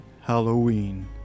Halloween